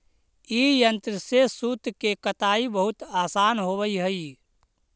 ई यन्त्र से सूत के कताई बहुत आसान होवऽ हई